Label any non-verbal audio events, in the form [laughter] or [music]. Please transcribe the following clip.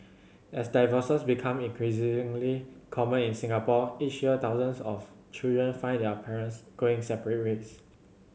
as divorces become [unintelligible] common in Singapore each year thousands of children find their parents going separate ways